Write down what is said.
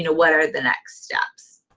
you know what are the next steps.